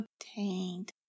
obtained